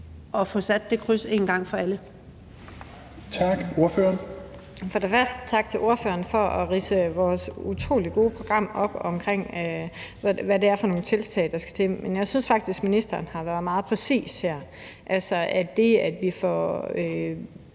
Ordføreren. Kl. 16:00 Camilla Fabricius (S): For det første tak til ordføreren for at ridse vores utrolig gode program op om, hvad det er for nogle tiltag, der skal til. Men jeg synes faktisk, at ministeren har været meget præcis her – altså om det, at vi får